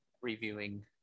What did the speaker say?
reviewing